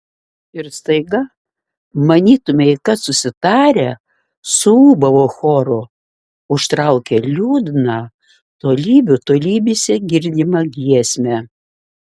ir staiga manytumei kad susitarę suūbavo choru užtraukė liūdną tolybių tolybėse girdimą giesmę